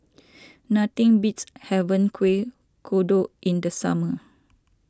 nothing beats having Kuih Kodok in the summer